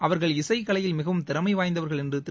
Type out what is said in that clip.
அவர்கள் இசைக்கலையில் மிகவும் திறமை வாய்ந்தவர்கள் என்று திரு